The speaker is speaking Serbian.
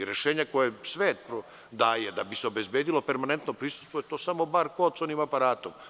Rešenje koje svet daje da bi se obezbedilo permanentno prisustvo, to je samo bar-kod sa onim aparatom.